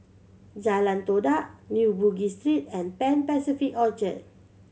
Jalan Todak New Bugis Street and Pan Pacific Orchard